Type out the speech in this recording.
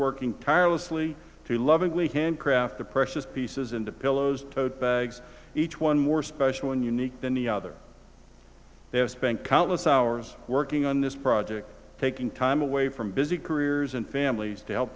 working tirelessly to lovingly hand craft the precious pieces into pillows tote bags each one more special and unique than the other they have spent countless hours working on this project taking time away from busy careers and families to help